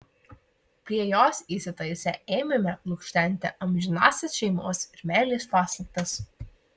prie jos įsitaisę ėmėme lukštenti amžinąsias šeimos ir meilės paslaptis